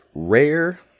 Rare